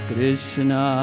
Krishna